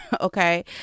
okay